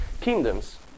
Kingdoms